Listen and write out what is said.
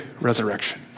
resurrection